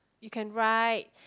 you can write